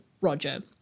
Roger